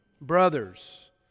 Brothers